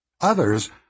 Others